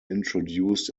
introduced